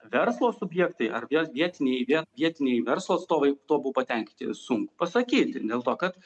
verslo subjektai ar vėl vietiniai viet vietiniai verslo atstovai tuo buvo patenkinti sunku pasakyti dėl to kad